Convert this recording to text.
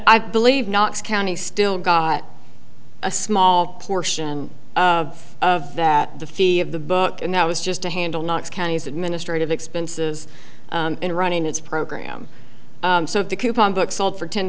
i believe knox county still got a small portion of that the fee of the book and that was just to handle knox county's administrative expenses in running its program so the coupon book sold for ten